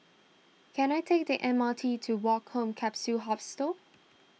can I take the M R T to Woke Home Capsule Hostel